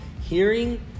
hearing